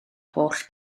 holl